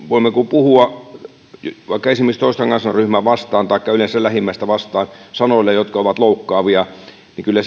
voimmeko puhua vaikka toista kansanryhmää vastaan taikka yleensä lähimmäistä vastaan sanoilla jotka ovat loukkaavia kyllä